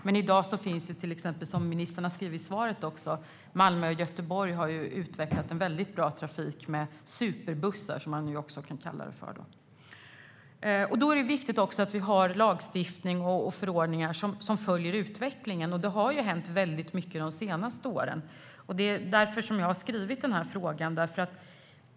Men nu har, som ministern också säger i svaret, till exempel Malmö och Göteborg utvecklat en väldigt bra trafik med superbussar, som man också kan kalla det. Då är det också viktigt att vi har lagstiftning och förordningar som följer utvecklingen. Det har hänt väldigt mycket de senaste åren. Det är därför jag har ställt interpellationen.